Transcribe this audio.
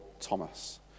Thomas